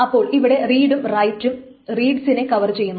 അപ്പോൾ ഇവിടെ റീഡും റൈറ്റും റീഡിസ്നെ കവർ ചെയ്യുന്നു